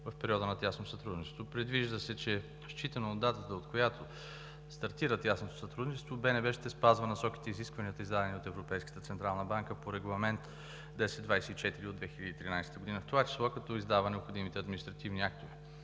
в периода на тясно сътрудничество. Предвижда се, че считано от датата, от която стартира тясното сътрудничество, БНБ ще спазва насоките и изискванията, издадени от Европейската централна банка по Регламент (ЕС) № 1024/2013, в това число, като издава необходимите административни актове.